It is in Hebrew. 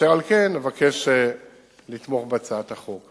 ואשר על כן אבקש לתמוך בהצעת החוק.